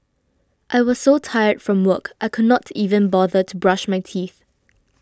I was so tired from work I could not even bother to brush my teeth